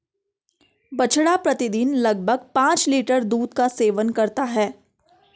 बछड़ा प्रतिदिन लगभग पांच लीटर दूध का सेवन करता है